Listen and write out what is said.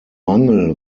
mangel